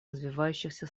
развивающихся